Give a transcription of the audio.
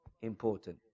important